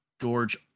George